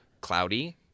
cloudy